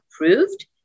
approved